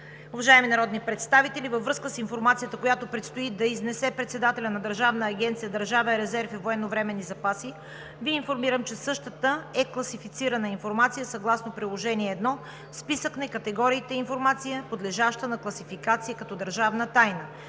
Уважаеми народни представители, във връзка с информацията, която предстои да изнесе председателят на Държавна агенция „Държавен резерв и военновременни запаси“, Ви информирам, че същата е класифицирана информация съгласно Приложение 1, списък на категориите информация, подлежаща на класификация като държавна тайна